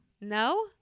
No